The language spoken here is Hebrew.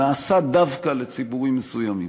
נעשה "דווקא" לציבורים מסוימים.